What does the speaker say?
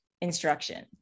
instruction